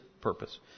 purpose